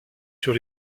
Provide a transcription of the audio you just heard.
sur